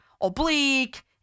oblique